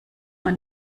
man